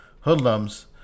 hoodlums